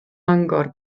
mangor